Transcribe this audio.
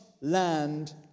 land